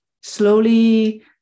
slowly